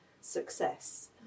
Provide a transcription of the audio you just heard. success